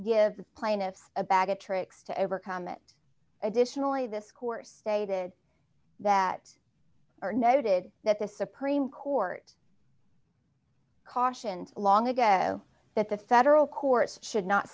the plaintiffs a bag of tricks to overcome it additionally this course stated that are noted that the supreme court cautioned long ago that the federal courts should not